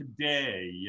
today